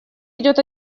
идет